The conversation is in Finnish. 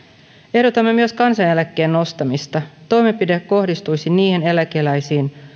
ehdotamme myös kansaneläkkeen nostamista toimenpide kohdistuisi niihin eläkeläisiin